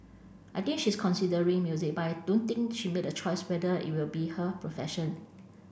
I think she's considering music but I don't think she made a choice whether it will be her profession